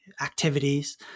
activities